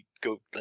go